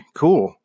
cool